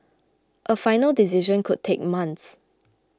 a final decision could take months